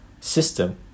system